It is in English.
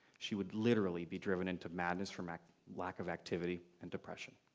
she would literally be driven into madness from lack lack of activity and depression.